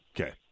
Okay